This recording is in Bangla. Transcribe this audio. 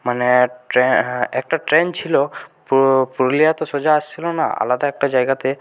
মানে ট্রেন একটা ট্রেন ছিল পুরুলিয়া তো সোজা আসছিল না আলাদা একটা জায়গাতে